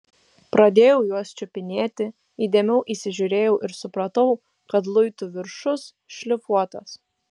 pradėjau juos čiupinėti įdėmiau įsižiūrėjau ir supratau kad luitų viršus šlifuotas